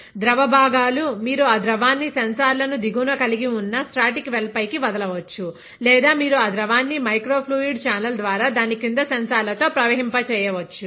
ద్రవ భాగాలు మీరు ఆ ద్రవాన్ని సెన్సార్లను దిగువున కలిగి ఉన్న స్టాటిక్ వెల్ పైకి వదలవచ్చు లేదా మీరు ఆ ద్రవాన్ని మైక్రో ఫ్లూయిడ్ ఛానల్ ద్వారా దాని క్రింద సెన్సార్ లతో ప్రవహింప చేయవచ్చు